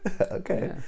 Okay